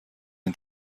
این